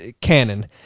canon